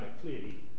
clearly